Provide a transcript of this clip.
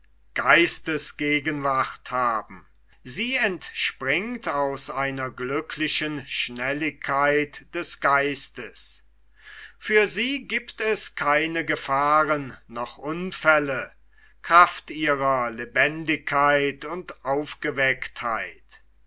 lohns sie entspringt aus einer glücklichen schnelligkeit des geistes für sie giebt es keine gefahren noch unfälle kraft ihrer lebendigkeit und aufgewecktheit